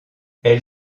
elle